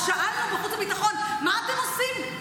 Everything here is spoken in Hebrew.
אז שאלנו בחוץ וביטחון: מה אתם עושים?